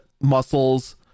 muscles